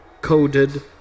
Coded